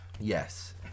Yes